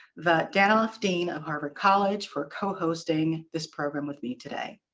the danoff dean of harvard college, for co-hosting this program with me today.